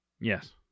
Yes